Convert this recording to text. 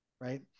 right